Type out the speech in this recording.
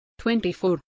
24